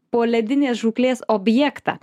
poledinės žūklės objektą